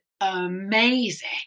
amazing